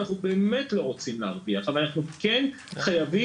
אנחנו באמת לא רוצים להרוויח, אבל אנחנו כן חייבים